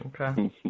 Okay